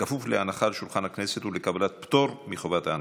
בכפוף להנחה על שולחן הכנסת ולקבלת פטור מחובת ההנחה.